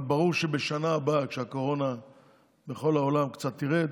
אבל ברור שבשנה הבאה, כשהקורונה קצת תרד